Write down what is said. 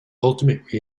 ultimate